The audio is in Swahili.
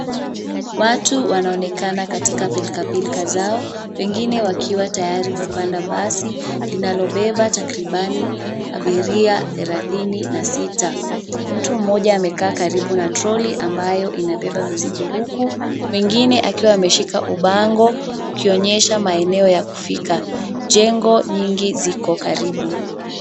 Watu wanaonekana katika pilkapilka zao. Wengine wakiwa tayari kupanda basi linalobeba takribani abiria thelathini na sita. Mtu mmoja amekaa karibu na troli ambayo imebeba mizigo huku mwingine akiwa imeshika ubango ukionyesha maeneo ya kufika. Jengo nyingi ziko karibu.